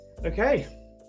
Okay